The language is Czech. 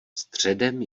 středem